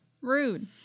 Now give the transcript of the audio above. Rude